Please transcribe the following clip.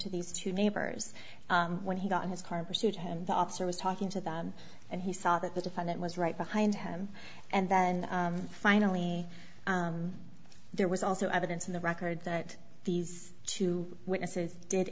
to these two neighbors when he got in his car pursued him the officer was talking to them and he saw that the defendant was right behind him and then finally there was also evidence in the record that these two witnesses did